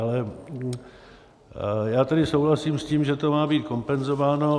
Ale já tedy souhlasím s tím, že to má být kompenzováno.